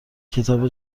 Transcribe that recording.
کتاب